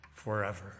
forever